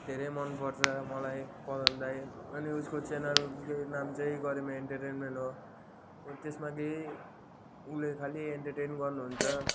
धेरै मन पर्छ मलाई पदम दाइ अनि उसको च्यानल जो नाम चाहिँ गरिमा एन्टर्टेन्मेन्ट हो त्यसमा कि उसले खालि एन्टर्टेन गर्नुहुन्छ